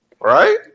Right